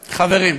חברים,